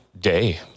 day